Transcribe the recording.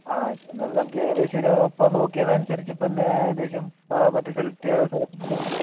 ആ എന്നാലും നമുക്ക് ഏകദേശമൊരു ഇപ്പൊൾ നോക്കിയത് അനുസരിച്ച് ഇപ്പം ആ ഏകദേശം മറ്റേ സെലെക്റ്റായ ഇതിനു